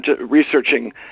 researching